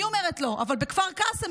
אני אומרת לו: אבל בכפר קאסם,